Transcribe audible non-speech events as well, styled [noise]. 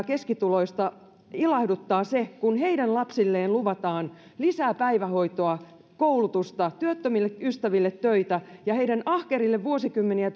[unintelligible] keskituloista ilahduttaa se kun heidän lapsilleen luvataan lisää päivähoitoa koulutusta työttömille ystäville töitä ja heidän ahkerille vuosikymmeniä [unintelligible]